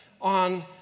on